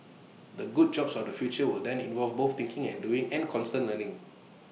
the good jobs of the future will then involve both thinking and doing and constant learning